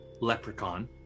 leprechaun